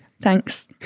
Thanks